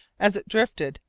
as it drifted,